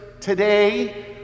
today